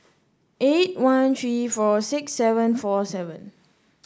eight one three four six seven four seven